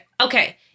Okay